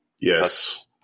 yes